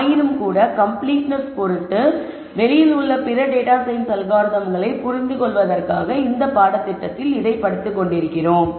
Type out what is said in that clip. ஆயினும்கூட கம்ப்ளீட்னஸ் பொருட்டும்வெளியில் உள்ள பிற டேட்டா சயின்ஸ் அல்காரிதம்களைப் புரிந்துகொள்வதற்காக இந்த பாடத்திட்டத்தை படிக்கலாம்